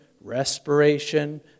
respiration